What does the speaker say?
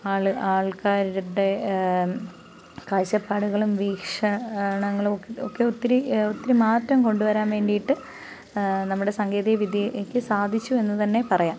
ആൾക്കാരുടെ കാഴ്ചപ്പാടുകളും വീക്ഷണങ്ങളും ഒക്കെ ഒത്തിരി ഒത്തിരി മാറ്റം കൊണ്ടുവരാൻ വേണ്ടിട്ട് നമ്മുടെ സാങ്കേതിക വിദ്യയ്ക്ക് സാധിച്ചു എന്ന് തന്നെ പറയാം